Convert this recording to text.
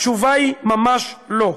התשובה היא: ממש לא.